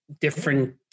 different